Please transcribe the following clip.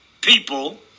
people